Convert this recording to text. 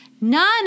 None